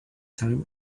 time